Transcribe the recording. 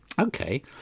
Okay